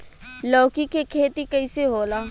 लौकी के खेती कइसे होला?